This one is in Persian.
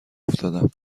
افتادم